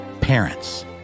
parents